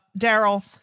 Daryl